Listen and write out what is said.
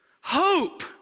Hope